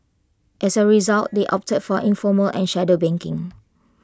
as A result they've opted for informal and shadow banking